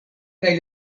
kaj